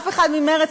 אף אחד ממרצ,